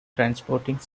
transporting